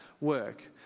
work